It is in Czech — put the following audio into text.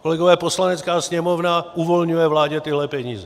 Kolegové, Poslanecká sněmovna uvolňuje vládě tyhle peníze.